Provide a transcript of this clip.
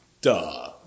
Duh